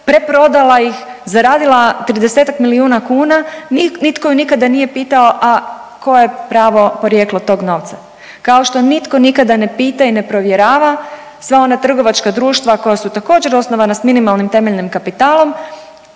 preprodala ih, zaradila 30-tak milijuna kuna, nitko ju nikada nije pitao, a koje je pravo porijeklo tog novca, kao što nitko nikada ne pita i ne provjerava sva ona trgovačka društva koja su također osnovana s minimalnim temeljnim kapitalom,